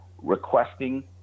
requesting